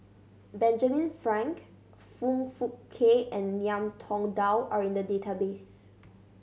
Benjamin Frank Foong Fook Kay and Ngiam Tong Dow are in the database